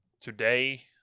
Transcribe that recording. today